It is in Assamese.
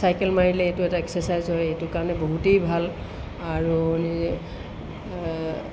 চাইকেল মাৰিলে এইটো এটা এক্সাচাইজ হয় এইটো কাৰণে বহুতেই ভাল আৰু